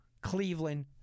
Cleveland